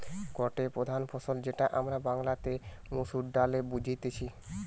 গটে প্রধান ফসল যেটা আমরা বাংলাতে মসুর ডালে বুঝতেছি